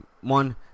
One